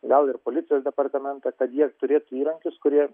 gal ir policijos departamentą kad jie turėtų įrankius kurie